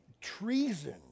treason